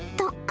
the